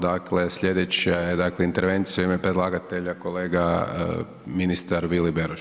Dakle, slijedeća je dakle intervencija u ime predlagatelja kolega ministar Vili Beroš.